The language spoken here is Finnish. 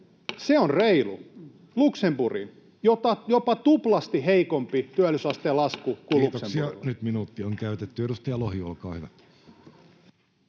se on reilu. Luxemburg, jopa tuplasti heikompi työllisyysasteen lasku... Kiitoksia, nyt minuutti on käytetty. — Edustaja Lohi, olkaa hyvä.